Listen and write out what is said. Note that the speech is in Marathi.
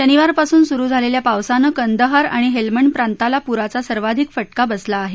शनिवारपासून सुरु झालेल्या पावसानं कंदाहर आणि हेल्मंड प्रांताला पुराचा सर्वाधिक फटका बसला आहे